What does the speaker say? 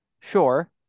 Sure